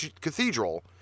Cathedral